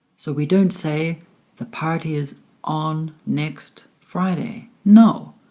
so we don't say the party is on next friday no,